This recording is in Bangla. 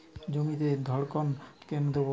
জমিতে ধড়কন কেন দেবো?